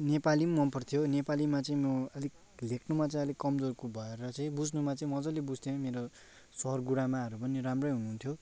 नेपाली पनि मन पर्थ्यो नेपालीमा चाहिँ म अलिक लेख्नुमा चाहिँ अलिक कम्जोरको भएर चाहिँ बुझ्नुमा चाहिँ मजाले बुझ्थेँ मेरो सर गुरुआमाहरू पनि राम्रै हुनुहुन्थ्यो